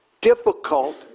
difficult